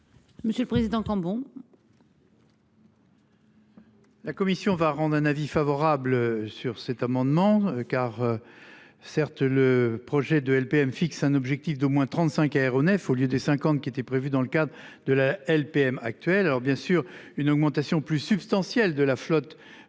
Monsieur le Président quand bon. La Commission va rendre un avis favorable sur cet amendement car. Certes le projet de LPM fixe un objectif d'au moins 35 aéronefs au lieu des 50 qui était prévu dans le cadre de la LPM actuelle. Alors bien sûr, une augmentation plus substantielle de la flotte pourra être